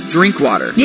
Drinkwater